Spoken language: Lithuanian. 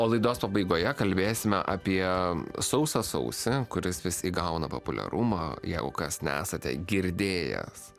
o laidos pabaigoje kalbėsime apie sausą sausį kuris vis įgauna populiarumą jeigu kas nesate girdėjęs